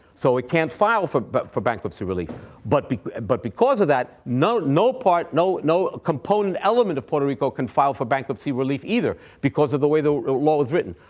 so it can't file for but for bankruptcy relief but but because of that, none no part no no component element of puerto rico can file for bankruptcy relief either because of the way the law was written.